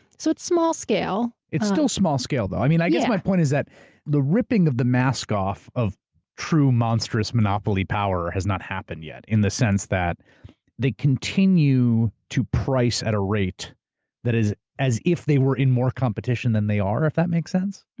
so it's small scale. it's still small scale, though. yeah. i guess my point is that the ripping of the mask off of true monstrous monopoly power has not happened yet in the sense that they continue to price at a rate that is as if they were in more competition than they are, if that makes sense.